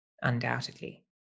undoubtedly